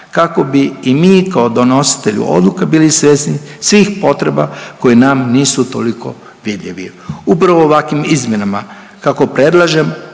kako bi i mi kao donositelji odluka bili svjesni svih potreba koje nam nisu toliko vidljivi. Upravo ovakvim izmjenama kako predlažem,